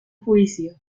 juicio